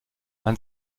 man